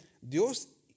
Dios